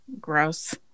Gross